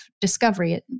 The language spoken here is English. discovery